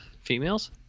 Females